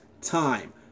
time